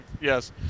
Yes